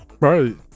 Right